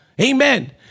Amen